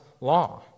law